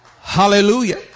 Hallelujah